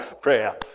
prayer